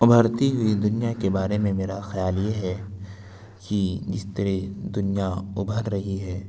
ابھرتی ہوئی دنیا کے بارے میں میرا خیال یہ ہے کہ جس طرح دنیا ابھر رہی ہے